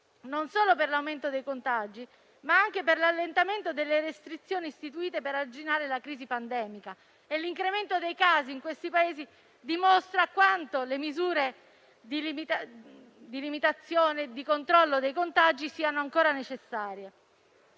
non solo per l'aumento dei contagi, ma anche per l'allentamento delle restrizioni istituite per arginare la crisi pandemica. L'incremento dei casi in questi Paesi dimostra quanto le misure di limitazione e di controllo dei contagi siano ancora necessarie.